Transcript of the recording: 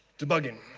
debugging,